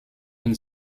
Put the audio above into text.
von